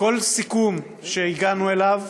כל סיכום שהגענו אליו,